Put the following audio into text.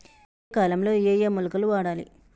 ఏయే కాలంలో ఏయే మొలకలు వాడాలి?